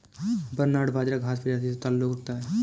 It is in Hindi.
बरनार्ड बाजरा घांस प्रजाति से ताल्लुक रखता है